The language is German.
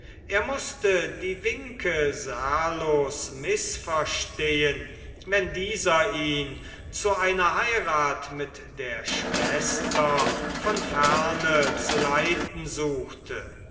er mußte die winke serlos mißverstehen wenn dieser ihn zu einer heirat mit der schwester von ferne zu leiten suchte